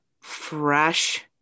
fresh